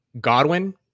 Godwin